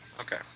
Okay